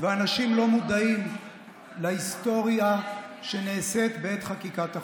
ואנשים לא מודעים להיסטוריה שנעשית בעת חקיקת החוק.